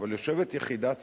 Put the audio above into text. אבל יושבת יחידה צבאית,